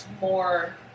more